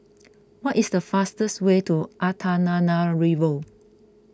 what is the fastest way to Antananarivo